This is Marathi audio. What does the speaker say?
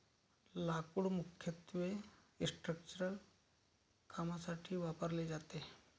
लाकूड मुख्यत्वे स्ट्रक्चरल कामांसाठी वापरले जाते